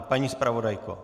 Paní zpravodajko.